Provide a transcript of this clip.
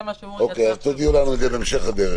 תודיעו לנו בהמשך הדרך.